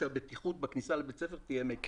שהבטיחות בכניסה לבית הספר תהיה מיטבית.